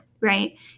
Right